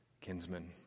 kinsman